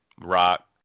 rock